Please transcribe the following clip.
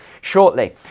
shortly